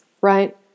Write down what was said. right